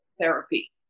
therapy